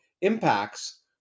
impacts